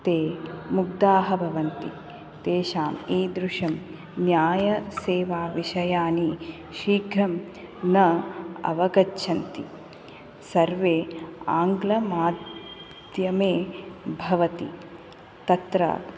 ते मुग्धाः भवन्ति तेषाम् ईदृशं न्यायसेवाविषयाणि शीघ्रं न अवगच्छन्ति सर्वे आङ्ग्लमाध्यमे भवति तत्र